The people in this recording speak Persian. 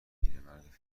پیرمرد